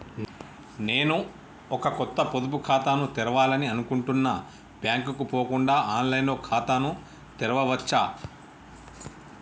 నేను ఒక కొత్త పొదుపు ఖాతాను తెరవాలని అనుకుంటున్నా బ్యాంక్ కు పోకుండా ఆన్ లైన్ లో ఖాతాను తెరవవచ్చా?